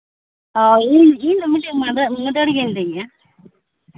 ᱚᱸᱻ ᱤᱧ ᱤᱧᱫᱚ ᱢᱤᱫᱴᱮᱡ ᱢᱟᱹᱫᱟᱹᱲᱤᱭᱟᱹ ᱢᱟᱹᱫᱟᱹᱲᱤᱭᱟᱹᱧ ᱞᱟᱹᱭᱮᱜᱼᱟ